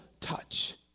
touch